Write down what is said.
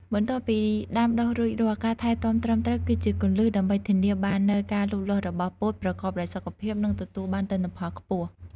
បន្ទាប់ពីដាំដុះរួចរាល់ ការថែទាំត្រឹមត្រូវគឺជាគន្លឹះដើម្បីធានាបាននូវការលូតលាស់របស់ពោតប្រកបដោយសុខភាព និងទទួលបានទិន្នផលខ្ពស់។